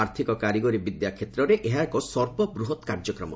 ଆର୍ଥିକ କାରିଗରି ବିଦ୍ୟା କ୍ଷେତ୍ରରେ ଏହା ଏକ ସର୍ବବୃହତ କାର୍ଯ୍ୟକ୍ରମ